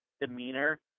demeanor